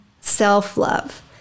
Self-love